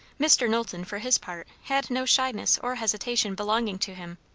mr. knowlton, for his part, had no shyness or hesitation belonging to him.